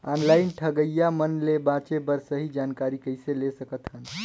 Online ठगईया मन ले बांचें बर सही जानकारी कइसे ले सकत हन?